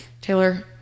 Taylor